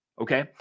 okay